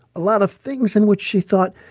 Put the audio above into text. a lot of things in which she thought,